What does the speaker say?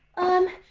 um,